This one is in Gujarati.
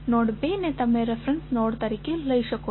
નોડ 2 ને તમે રેફેરેંસ નોડ તરીકે લઈ શકો છો